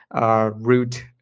root